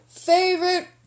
Favorite